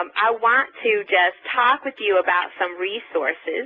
um i want to just talk with you about some resources